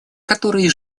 который